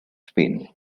spain